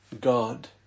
God